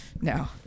No